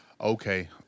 Okay